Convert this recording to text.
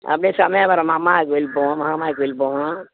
அப்படியே சமயபுரம் மகமாயி கோயிலுக்குப் போவோம் மகமாயி கோயிலுக்குப் போவோம்